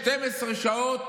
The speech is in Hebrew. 12 שעות,